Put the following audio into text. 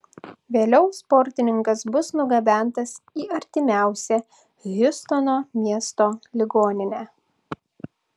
vėliau sportininkas bus nugabentas į artimiausią hjustono miesto ligoninę